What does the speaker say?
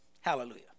hallelujah